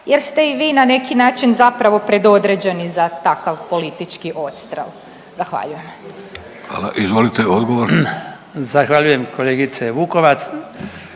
jer ste i vi na neki način zapravo predodređeni za takav politički odstrel? Zahvaljujem. **Vidović, Davorko